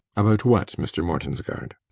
about what, mr. mortensgaard?